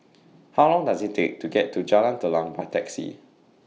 How Long Does IT Take to get to Jalan Telang By Taxi